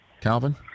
Calvin